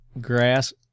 grass